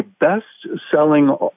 best-selling